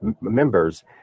members